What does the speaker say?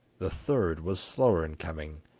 the third was slower in coming,